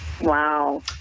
Wow